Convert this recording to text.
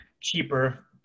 cheaper